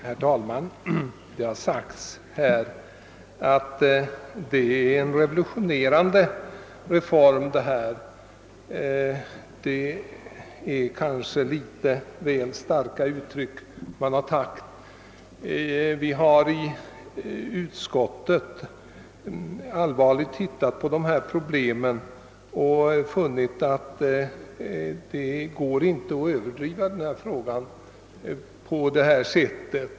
Herr talman! Det har sagts här att det är en revolutionerande reform wi har att ta ställning till, men det är kanske ett litet väl starkt uttryck. Inom utskottet har vi sett allvarligt på dessa Problem men de bör inte överdrivas på det sättet.